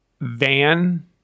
Van